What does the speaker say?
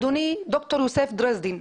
אדוני ד"ר יוסף דרזנין,